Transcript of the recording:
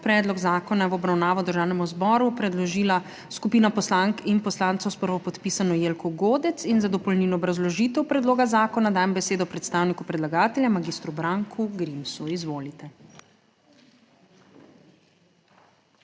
Predlog zakona je v obravnavo Državnemu zboru predložila skupina poslank in poslancev s prvopodpisano Jelko Godec in za dopolnilno obrazložitev predloga zakona dajem besedo predstavniku predlagatelja, magistru Branku Grimsu. Izvolite.